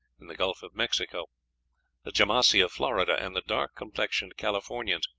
in the gulf of mexico the jamassi of florida, and the dark-complexioned californians.